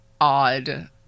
odd